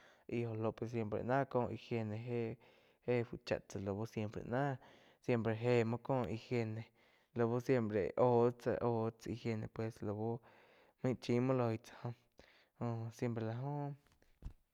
Ih óh o pues siempre náh cóh higiene éh fu chá tsá lau siempre náh siempre jéh muo cóh higiene lau siempre óh tsá oh higiene pues lau main chim muo loi tsá jo siempre la óh.